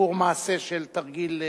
סיפור המעשה של תרגיל,